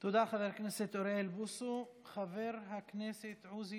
תודה, חבר הכנסת אוריאל בוסו.